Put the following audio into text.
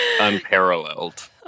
unparalleled